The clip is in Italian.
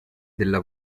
della